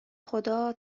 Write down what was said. خدا